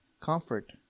comfort